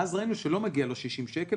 ואז ראינו שלא מגיעים לו 60 שקל,